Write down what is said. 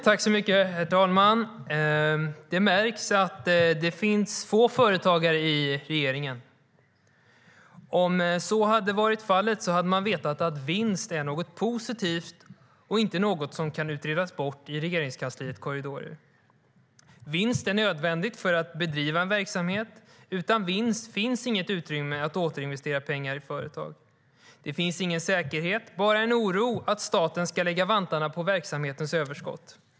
Herr talman! Det märks att det finns få företagare i regeringen. Om så hade varit fallet hade man vetat att vinst är något positivt och inte något som kan utredas bort i Regeringskansliets korridorer. Vinst är nödvändigt för att bedriva en verksamhet. Utan vinst finns inget utrymme för att återinvestera pengar i företag. Det finns ingen säkerhet, bara en oro för att staten ska lägga vantarna på verksamhetens överskott.